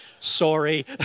Sorry